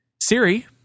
siri